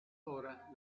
horas